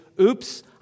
Oops